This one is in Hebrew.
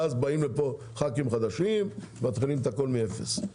ואז באים לפה ח"כים חדשים ומתחילים הכול מאפס.